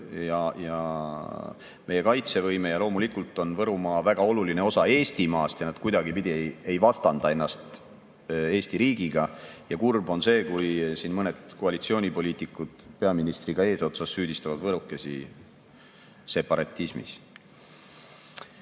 ja meie kaitsevõime on oluline, ja loomulikult on Võrumaa väga oluline osa Eestimaast. Nad kuidagipidi ei vastanda ennast Eesti riigile. Ja kurb on see, kui siin mõned koalitsioonipoliitikud peaministriga eesotsas süüdistavad võrokesi separatismis. Mis